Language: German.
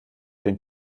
den